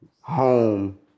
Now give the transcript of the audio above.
home